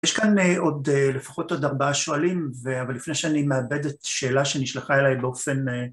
יש כאן עוד לפחות עוד ארבעה שואלים, אבל לפני שאני מאבד את שאלה שנשלחה אליי באופן...